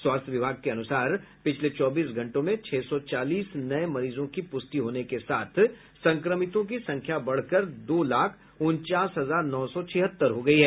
स्वास्थ्य विभाग के अनुसार पिछले चौबीस घंटों में छह सौ चालीस नये मरीजों की पुष्टि होने के साथ संक्रमितों की संख्या बढ़कर दो लाख उनचास हजार नौ सौ छिहत्तर हो गई है